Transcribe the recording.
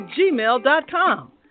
gmail.com